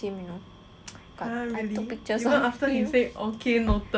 got I took pictures some more